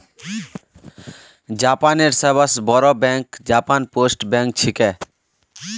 जापानेर सबस बोरो बैंक जापान पोस्ट बैंक छिके